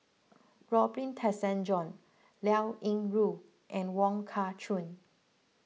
Robin Liao Yingru and Wong Kah Chun